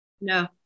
no